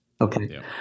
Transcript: Okay